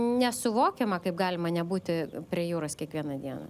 nesuvokiama kaip galima nebūti prie jūros kiekvieną dieną